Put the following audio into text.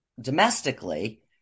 domestically